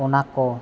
ᱚᱱᱟ ᱠᱚ